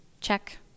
check